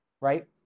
right